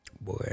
Boy